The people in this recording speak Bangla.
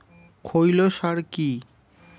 খৈল সার কি?